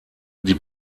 die